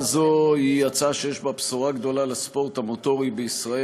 יש לו הרבה מתפקדים בליכוד,